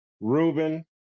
Ruben